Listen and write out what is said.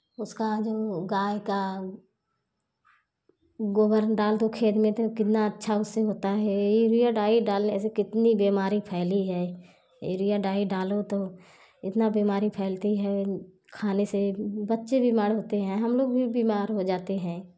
उसका जो गाय का गोबर डाल दो खेत में तो कितना अच्छा उससे होता है यूरिया डाई डालने से कितनी बीमारी फैली है यूरिया डाई डालो तो कितना बीमारी फैलती है खाने से बच्चे बीमार होते हैं और हम लोग भी बीमार हो जाते हैं